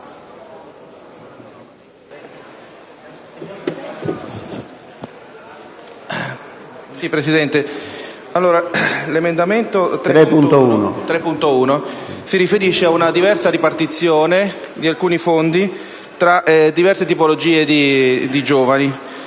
Presidente, l'emendamento 3.1 si riferisce ad una diversa ripartizione di alcuni fondi tra varie tipologie di giovani.